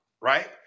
right